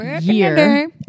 year